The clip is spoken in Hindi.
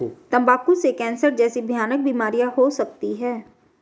तंबाकू से कैंसर जैसी भयानक बीमारियां हो सकती है